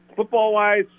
Football-wise